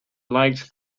liked